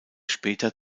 später